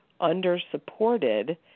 under-supported